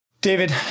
David